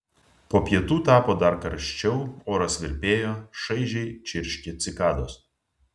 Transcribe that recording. po pietų tapo dar karščiau oras virpėjo šaižiai čirškė cikados